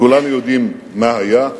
כולנו יודעים מה היה,